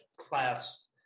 class